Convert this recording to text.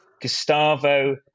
Gustavo